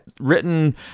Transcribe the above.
written